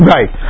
Right